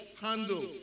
handle